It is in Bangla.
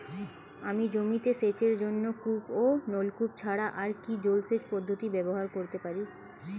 আমি জমিতে সেচের জন্য কূপ ও নলকূপ ছাড়া আর কি জলসেচ পদ্ধতি ব্যবহার করতে পারি?